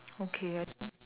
okay I think